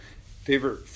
favorite